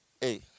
Hey